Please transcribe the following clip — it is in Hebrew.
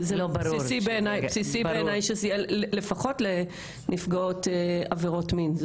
בסיסי בעיניי שזה יהיה לפחות לנפגעות עבירות מין,